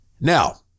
Now